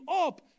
up